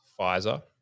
Pfizer